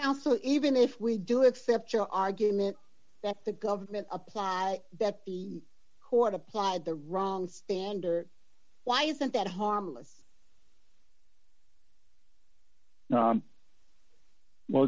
now so even if we do except the argument that the government apply that the court applied the wrong standard why isn't that harmless well